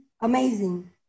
amazing